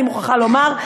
אני מוכרחה לומר?